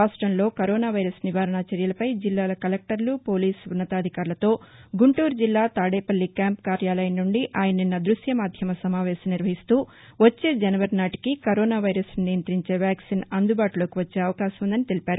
రాష్టంలో corona virus నివారణ చర్యలపై జిల్లాల కలెక్టర్లుపోలీస్ ఉన్నతాధికారులతో గుంటూరు జిల్లా తాదేపల్లి క్యాంపు కార్యాలయం నుండి ఆయన నిన్న దృశ్య మాధ్యమ సమావేశం నిర్వహిస్తూ వచ్చే జనవరి నాటికి కరోనా వైరస్ ను నియంతించే వ్యాక్సిన్ అందుబాటులోకి వచ్చే అవకాశం ఉందని తెలిపారు